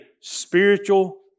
spiritual